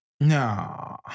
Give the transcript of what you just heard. No